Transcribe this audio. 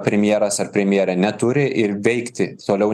premjeras ar premjerė neturi ir veikti toliau